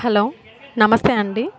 hello namaste అండి